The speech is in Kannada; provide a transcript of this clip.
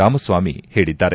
ರಾಮಸ್ವಾಮಿ ಹೇಳಿದ್ದಾರೆ